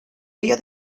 río